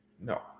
No